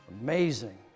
amazing